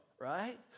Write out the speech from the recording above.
right